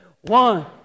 One